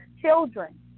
children